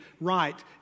right